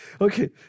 Okay